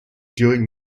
during